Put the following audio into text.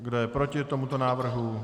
Kdo je proti tomuto návrhu?